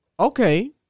Okay